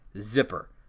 Zipper